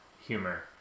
humor